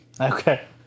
Okay